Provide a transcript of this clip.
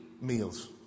meals